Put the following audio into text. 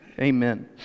Amen